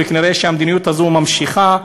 וכנראה המדיניות הזאת ממשיכה,